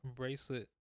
bracelet